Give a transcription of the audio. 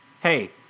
Hey